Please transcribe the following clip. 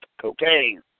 cocaine